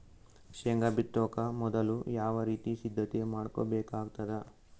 ಶೇಂಗಾ ಬಿತ್ತೊಕ ಮೊದಲು ಯಾವ ರೀತಿ ಸಿದ್ಧತೆ ಮಾಡ್ಬೇಕಾಗತದ?